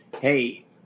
hey